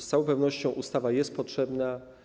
Z całą pewnością ustawa jest potrzebna.